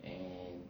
and